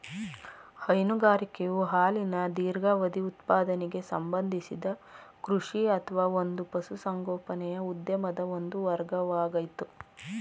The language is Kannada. ಹೈನುಗಾರಿಕೆಯು ಹಾಲಿನ ದೀರ್ಘಾವಧಿ ಉತ್ಪಾದನೆಗೆ ಸಂಬಂಧಿಸಿದ ಕೃಷಿ ಅಥವಾ ಒಂದು ಪಶುಸಂಗೋಪನೆಯ ಉದ್ಯಮದ ಒಂದು ವರ್ಗವಾಗಯ್ತೆ